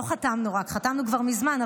חתמנו כבר מזמן,